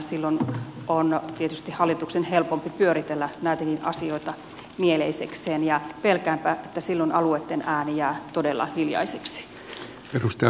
silloin on tietysti hallituksen helpompi pyöritellä näitäkin asioita mieleisekseen ja pelkäänpä että silloin alueitten ääni jää todella hiljaiseksi